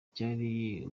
cyari